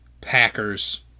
Packers